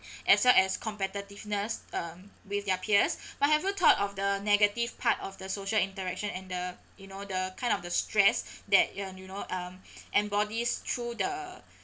as well as competitiveness um with their peers but have you thought of the negative part of the social interaction and the you know the kind of the stress that ya you know um embodies through the